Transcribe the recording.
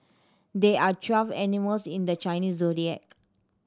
there are twelve animals in the Chinese Zodiac